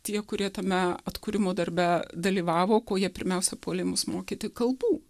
tie kurie tame atkūrimo darbe dalyvavo ko jie pirmiausia puolė mus mokyti kalbų